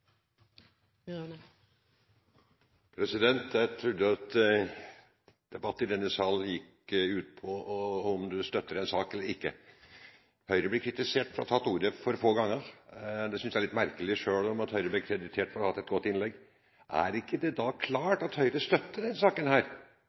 Jeg trodde at debatten i denne salen gikk ut på om man støtter en sak eller ikke. Høyre blir kritisert for å ha tatt ordet for få ganger. Det synes jeg er litt merkelig – selv om Høyre ble kreditert for å ha hatt et godt innlegg. Er det ikke da klart at Høyre støtter denne saken? Er vi ikke da